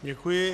Děkuji.